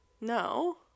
No